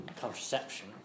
contraception